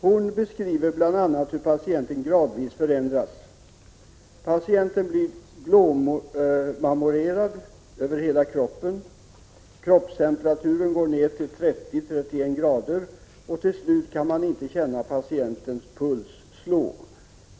Hon beskriver bl.a. hur patienten gradvis förändras: patienten blir blåmarmorerad över hela kroppen, kroppstemperaturen går ner till 30-31 grader och till slut kan man inte känna patientens puls slå.